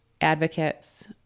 advocates